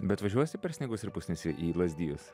bet važiuosi per sniegus ir pusnis į į lazdijus